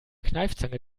kneifzange